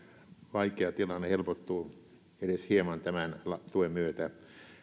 vaikea tilanne helpottuu edes hieman tämän tuen myötä